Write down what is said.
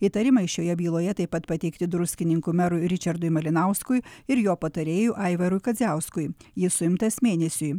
įtarimai šioje byloje taip pat pateikti druskininkų merui ričardui malinauskui ir jo patarėjui aivarui kadziauskui jis suimtas mėnesiui